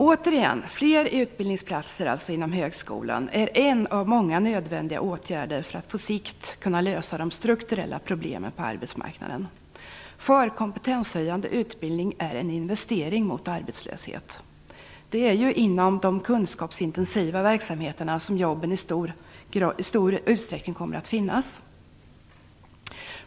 Återigen menar jag att fler utbildningsplatser inom högskolan är en av många nödvändiga åtgärder för att vi på sikt skall kunna lösa de strukturella problemen på arbetsmarknaden. Kompetenshöjande utbildning är nämligen en investering mot arbetslöshet. Det är inom de kunskapsintensiva verksamheterna som jobben i stor utsträckning kommer att finnas.